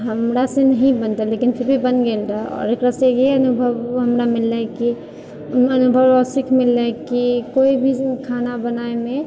हमरासँ नहि बनतै लेकिन फिर भी बनि गेल रहै आओर ओकरासँ इहे अनुभव हमरा मिललै कि अनुभव आओर सीख मिललै कि कोइ भी खाना बनाबैमे